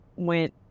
went